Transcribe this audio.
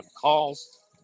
calls